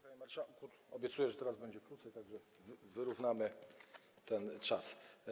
Panie marszałku, obiecuję, że teraz będzie krócej, tak że wyrównamy ten czas.